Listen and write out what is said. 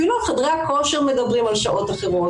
אפילו על חדרי הכושר מדברים על שעות אחרות.